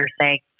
say